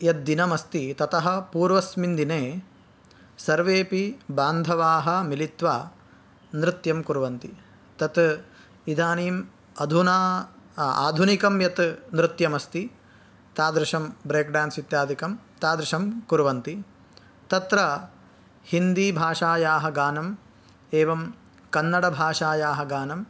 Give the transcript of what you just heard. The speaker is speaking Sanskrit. यद्दिनमस्ति ततः पूर्वस्मिन् दिने सर्वेपि बान्धवाः मिलित्वा नृत्यं कुर्वन्ति तत् इदानीम् अधुना आधुनिकं यत् नृत्यमस्ति तादृशं ब्रेक्डान्स् इत्यादिकं तादृशं कुर्वन्ति तत्र हिन्दिभाषायाः गानम् एवं कन्नडभाषायाः गानम्